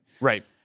right